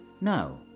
No